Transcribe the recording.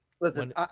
Listen